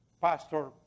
Pastor